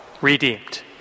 redeemed